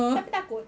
tapi takut